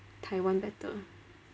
taiwan better